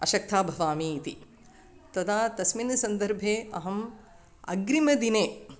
अशक्ता भवामि इति तदा तस्मिन् सन्दर्भे अहम् अग्रिमे दिने